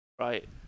Right